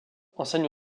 enseigne